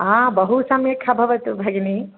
बहुसम्यक् अभवत् भगिनी